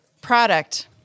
product